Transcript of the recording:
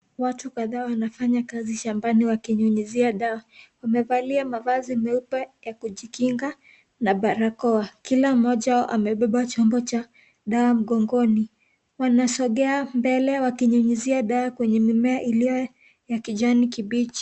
Watu kadhaa wanafanya kazi shambani wakinyunyuzia dawa wamevalia mavazi meupe ya kujikinga na barakoa. Kila mmoja amebeba chombo cha dawa mgongoni. Wanasongea mbele wakinyunyuzia dawa kwenye mimea ilio ya kijani kibichi.